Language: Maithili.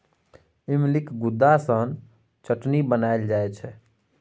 इमलीक गुद्दा सँ चटनी बनाएल जाइ छै